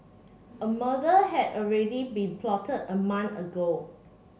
a murder had already been plotted a month ago